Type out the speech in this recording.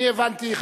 אני הבנתי,